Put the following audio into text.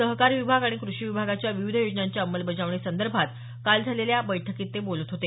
सहकार विभाग आणि कृषी विभागाच्या विविध योजनांच्या अंमलबजावणी संदर्भात काल झालेल्या बैठकीत ते बोलत होते